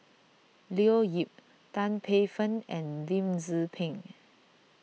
Leo Yip Tan Paey Fern and Lim Tze Peng